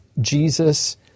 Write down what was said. Jesus